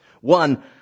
One